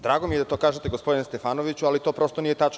Drago mi je da to kažete, gospodine Stefanoviću, ali to prosto nije tačno.